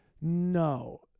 no